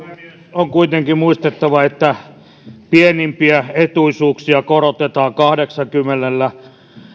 on kuitenkin muistettava että pienimpiä etuisuuksia korotetaan kahdeksallakymmenellä